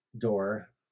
door